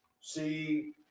see –